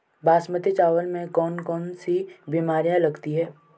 बासमती चावल में कौन कौन सी बीमारियां लगती हैं?